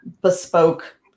bespoke